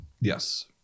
Yes